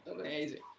amazing